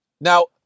Now